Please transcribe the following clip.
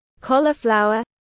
cauliflower